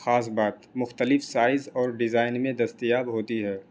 خاص بات مختلف سائز اور ڈیزائن میں دستیاب ہوتی ہے